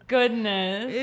Goodness